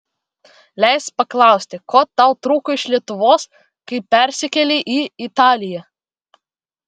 leisk paklausti ko tau trūko iš lietuvos kai persikėlei į italiją